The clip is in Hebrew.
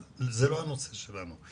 אבל זה לא הנושא שלנו.